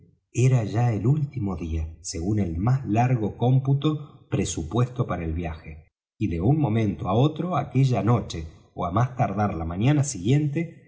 era ya el último día según el más largo cómputo presupuesto para el viaje y de un momento á otro aquella noche ó á más tardar la mañana siguiente